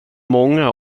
många